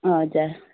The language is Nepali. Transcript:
हजुर